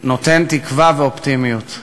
נותן תקווה ואופטימיות.